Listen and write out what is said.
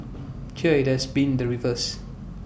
here IT has been the reverse